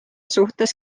suhtes